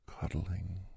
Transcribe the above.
cuddling